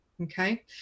Okay